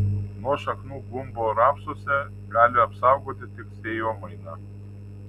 nuo šaknų gumbo rapsuose gali apsaugoti tik sėjomaina